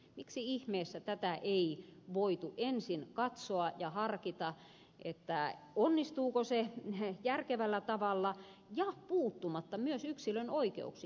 miksi ihmeessä tätä ei voitu ensin katsoa ja harkita onnistuuko se ihan järkevällä tavalla ja puuttumatta myös yksilön oikeuksiin